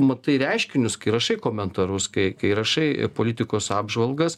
matai reiškinius kai rašai komentarus kai kai rašai politikos apžvalgas